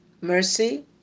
mercy